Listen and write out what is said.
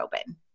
open